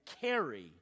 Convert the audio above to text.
carry